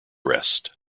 rest